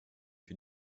für